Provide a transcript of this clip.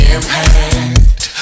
Impact